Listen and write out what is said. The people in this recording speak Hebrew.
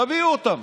תביאו אותם.